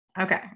Okay